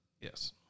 Yes